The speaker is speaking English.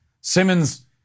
Simmons